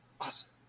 awesome